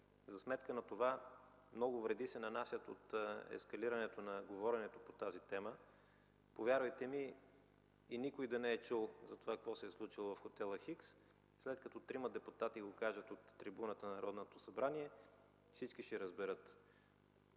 за сметка на това много вреди се нанасят от ескалирането на говоренето по тази тема. Повярвайте ми и никой да не е чул за това какво се е случило в хотела Х, след като трима депутати го кажат от трибуната на Народното събрание, всички ще разберат.